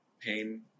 pain